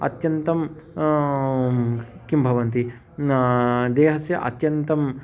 अत्यन्तं किं भवन्ति देहस्य अत्यन्तम्